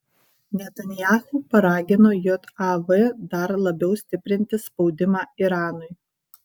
netanyahu paragino jav dar labiau stiprinti spaudimą iranui